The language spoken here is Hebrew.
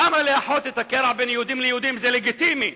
למה לאחות את הקרע בין יהודים ליהודים זה לגיטימי,